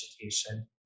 education